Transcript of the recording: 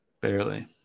Barely